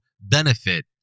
benefit